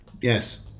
Yes